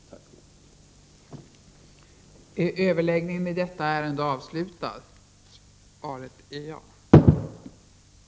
Tack för ordet.